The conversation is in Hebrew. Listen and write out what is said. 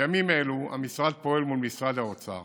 בימים אלו המשרד פועל מול משרד האוצר